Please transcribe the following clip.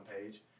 page